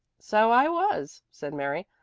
so i was, said mary.